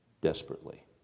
desperately